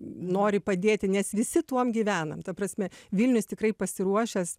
nori padėti nes visi tuom gyvenam ta prasme vilnius tikrai pasiruošęs